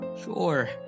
Sure